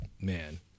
man